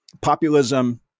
populism